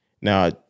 Now